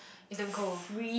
it's damn cold